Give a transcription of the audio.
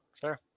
Sure